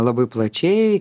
labai plačiai